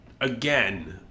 again